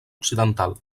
occidental